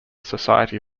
society